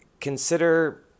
Consider